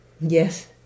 Yes